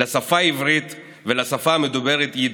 לשפה העברית ולשפה המדוברת יידיש,